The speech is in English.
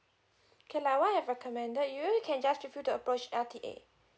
okay like what I've recommended you you can just refer to approach R_T_A